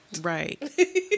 Right